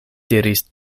diris